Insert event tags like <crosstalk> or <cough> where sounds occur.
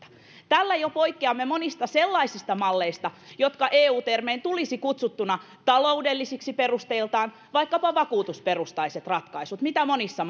tällä jo poikkeamme monista sellaisista malleista jotka eu termein tulisivat kutsutuiksi perusteiltaan taloudellisiksi kuten vaikkapa vakuutusperustaiset ratkaisut mitä monissa <unintelligible>